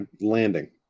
landing